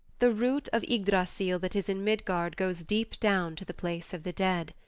the root of ygdrassil that is in midgard goes deep down to the place of the dead.